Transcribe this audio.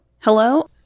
hello